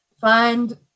find